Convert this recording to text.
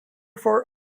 for